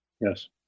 Yes